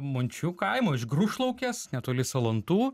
mončių kaimo iš grūšlaukės netoli salantų